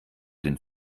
den